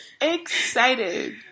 excited